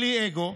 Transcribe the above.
בלי אגו,